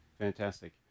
Fantastic